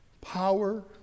Power